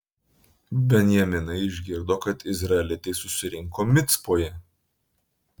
benjaminai išgirdo kad izraelitai susirinko micpoje